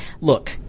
Look